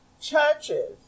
Churches